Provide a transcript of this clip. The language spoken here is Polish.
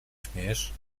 śmiejesz